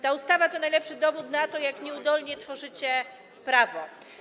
Ta ustawa to najlepszy dowód na to, jak nieudolnie tworzycie prawo.